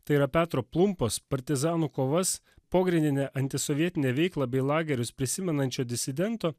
tai yra petro plumpos partizanų kovas pogrindinę antisovietinę veiklą bei lagerius prisimenančio disidento